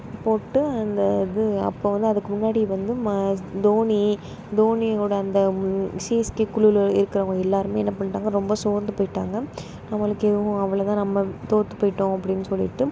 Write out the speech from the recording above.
போட்டு அந்த இது அப்போ வந்து அதுக்கு முன்னாடி வந்து ம தோனி தோனியோட அந்த சிஎஸ்கே குழுவில் இருக்கிறவங்க எல்லாருமே என்ன பண்ணிட்டாங்க ரொம்ப சோர்ந்து போயிட்டாங்க அவங்களுக்கு எதுவும் அவ்வளவு தான் நம்ம தோற்று போயிட்டோம் அப்படின்னு சொல்லிட்டு